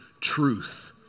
truth